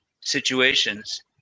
situations